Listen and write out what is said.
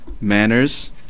manners